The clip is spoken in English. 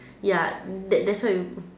ya that that's why you put